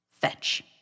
Fetch